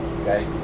Okay